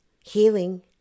healing